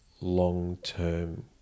long-term